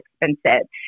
expensive